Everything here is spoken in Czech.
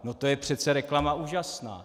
No to je přece reklama úžasná!